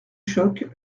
choc